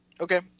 Okay